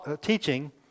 teaching